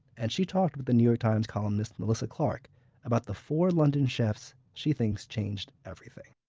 and she talked with the new york times columnist melissa clark about the four london chefs she thinks changed everything.